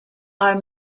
are